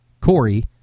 Corey